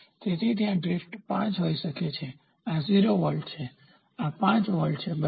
તેથી ત્યાં ડ્રિફ્ટ 5 હોઈ શકે છે આ 0 વોલ્ટ છે આ 5 વોલ્ટ છે બરાબર